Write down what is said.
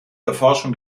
erforschung